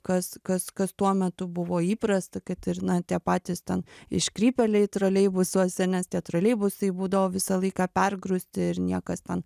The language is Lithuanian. kas kas kas tuo metu buvo įprasta kad ir na tie patys ten iškrypėliai troleibusuose nes tie troleibusai būdavo visą laiką pergrūsti ir niekas ten